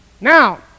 Now